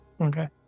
Okay